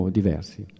diversi